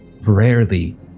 Rarely